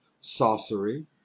sorcery